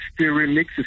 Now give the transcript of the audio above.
remixes